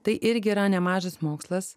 tai irgi yra nemažas mokslas